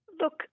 Look